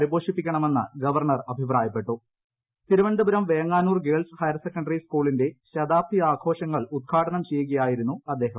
പരിപോഷിപ്പിക്കണമെന്ന് governor Thiruvananthapuram Venganoor girls higher secondary സ്കൂളിന്റെ ശതാബ്ദി ആഘോഷങ്ങൾ ഉദ്ഘാടനം ചെയ്യുകയായിരുന്നു അദ്ദേഹം